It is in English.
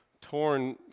torn